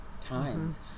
times